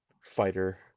fighter